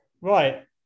Right